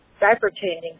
diaper-changing